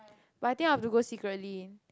but I think I've to go secretly